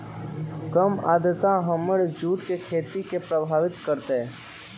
कम आद्रता हमर जुट के खेती के प्रभावित कारतै?